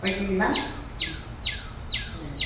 ஓகேங்களா சரி தேங்க்யூ